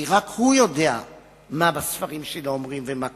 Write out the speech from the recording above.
כי רק הוא יודע מה הספרים שלו אומרים ומה קרה,